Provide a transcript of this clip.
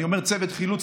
אני אומר צוות חילוץ,